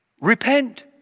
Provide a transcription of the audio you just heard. repent